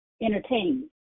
entertain